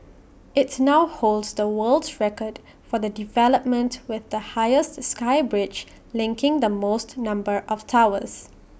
it's now holds the world's record for the development with the highest sky bridge linking the most number of towers